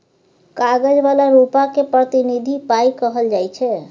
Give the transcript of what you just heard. कागज बला रुपा केँ प्रतिनिधि पाइ कहल जाइ छै